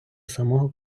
самого